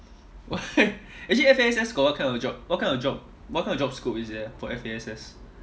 why actually F_A_S_S got what kind of job what kind of job what kind of job scope is there ah for F_A_S_S